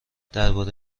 درباره